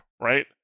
right